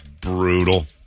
brutal